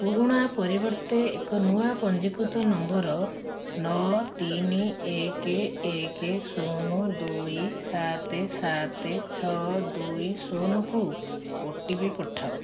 ପୁରୁଣା ପରିବର୍ତ୍ତେ ଏକ ନୂଆ ପଞ୍ଜୀକୃତ ନମ୍ବର ନଅ ତିନି ଏକ ଏକ ଶୂନ ଦୁଇ ସାତ ସାତ ଛଅ ଦୁଇ ଶୂନକୁ ଓ ଟି ପି ପଠାଅ